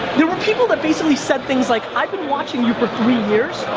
there were people that basically said things like i've been watching you for three years,